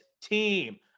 team